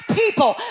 people